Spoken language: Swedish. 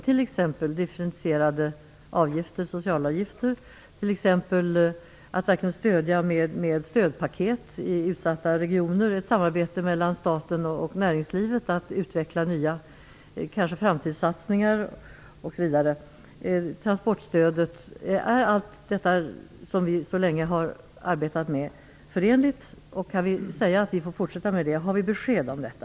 Det gäller t.ex. differentierade socialavgifter, att stödja utsatta regioner genom stödpaket, samarbete mellan staten och näringslivet för att utveckla nya framtidssatsningar osv. samt transportstödet. Är allt detta som vi så länge har arbetat med förenligt med reglerna, så att vi får fortsätta med det? Har vi fått besked om detta?